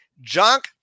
junk